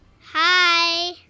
Hi